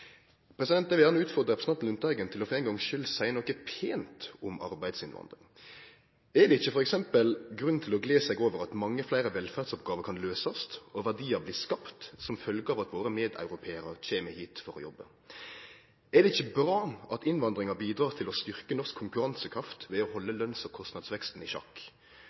vil gjerne utfordre representanten Lundteigen til for ein gongs skuld å seie noko pent om arbeidsinnvandring. Er det f.eks. ikkje grunn til å gle seg over at mange fleire velferdsoppgåver kan bli løyste og verdiar bli skapte som følgje av at våre medeuropearar kjem hit for å jobbe? Er det ikkje bra at innvandringa bidrar til å styrkje norsk konkurransekraft ved å halde lønns- og kostnadsveksten i sjakk?